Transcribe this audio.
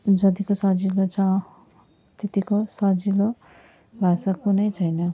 जतिको सजिलो छ त्यतिको सजिलो भाषा कुनै छैन